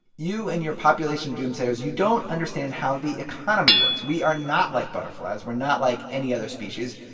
you and your population doomsayers you don't understand how the economy works. we are not like butterflies. we're not like any other species.